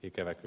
ikäväksi